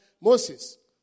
Moses